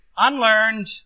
unlearned